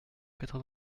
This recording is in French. quatre